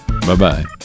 Bye-bye